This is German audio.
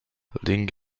link